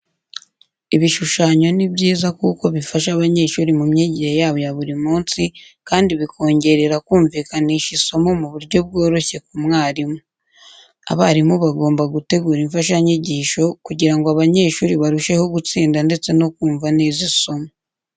Ibishushano ni byiza kuko bifasha abanyeshuri mu myigire yabo ya buri munsi kandi bikongererera kumvikanisha isomo mu buryo bworoshye ku mwarimu. Abarimu bagomba gutegura imfashanyigisho kugira ngo abanyeshuri barusheho gutsinda ndetse no kumva neza isomo.